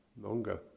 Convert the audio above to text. longer